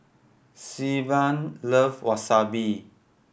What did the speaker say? Sylvan love Wasabi